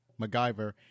MacGyver